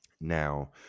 Now